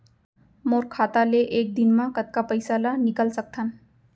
मोर खाता ले एक दिन म कतका पइसा ल निकल सकथन?